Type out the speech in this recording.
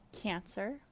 Cancer